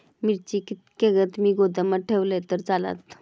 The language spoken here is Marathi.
मिरची कीततागत मी गोदामात ठेवलंय तर चालात?